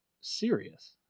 serious